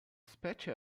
specie